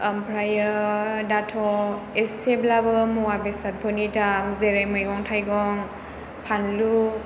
ओमफ्रायाे दाथ' इसेब्लाबो मुवा बेसादफोरनि दाम जेरै मैगं थाइगं फानलु